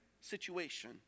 situation